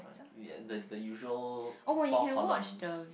ya the the usual four columns